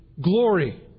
glory